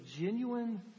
genuine